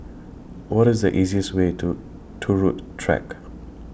What IS The easiest Way to Turut Track